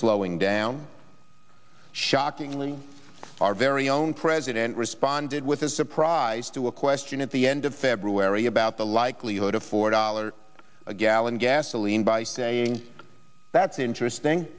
slowing down shockingly our very own president responded with a surprise to a question at the end of february about the likelihood of four dollars a gallon gasoline by saying that's interesting